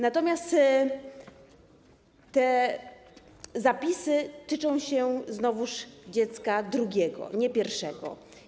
Natomiast te zapisy tyczą się znowuż dziecka drugiego, nie pierwszego.